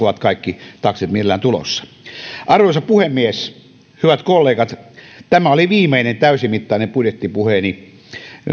ovat kaikki taksit mielellään tulossa arvoisa puhemies hyvät kollegat tämä oli viimeinen täysimittainen budjettipuheeni